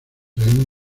reúne